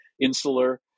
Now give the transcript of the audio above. insular